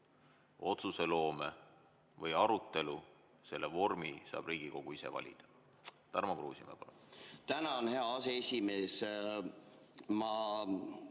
otsuseloome või arutelu, selle vormi saab Riigikogu ise valida. Tarmo Kruusimäe,